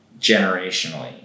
generationally